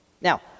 Now